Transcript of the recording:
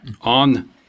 on